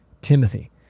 Timothy